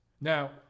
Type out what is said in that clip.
Now